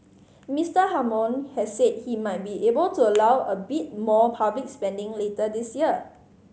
Mister Hammond has said he might be able to allow a bit more public spending later this year